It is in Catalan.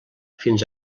fins